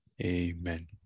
Amen